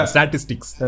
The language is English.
Statistics